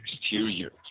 exterior